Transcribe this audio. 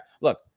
look